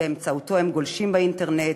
שבאמצעותו הם גולשים באינטרנט,